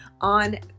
on